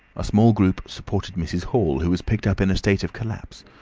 a small group supported mrs. hall, who was picked up in a state of collapse.